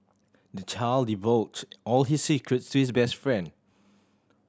the child divulged all his secrets to his best friend